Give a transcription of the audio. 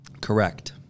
Correct